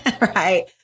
Right